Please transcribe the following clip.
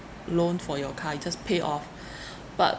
loan for your car you just pay off but